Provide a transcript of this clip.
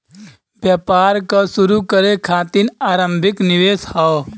व्यापार क शुरू करे खातिर आरम्भिक निवेश हौ